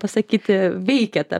pasakyti veikia ta